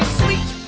sweet